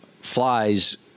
flies